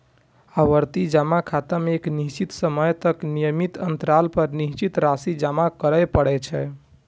आवर्ती जमा खाता मे एक निश्चित समय तक नियमित अंतराल पर निश्चित राशि जमा करय पड़ै छै